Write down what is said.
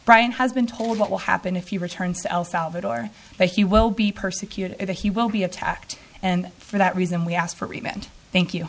brian has been told what will happen if you return to el salvador but he will be persecuted and he will be attacked and for that reason we asked for him and thank you